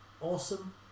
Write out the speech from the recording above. Awesome